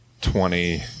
twenty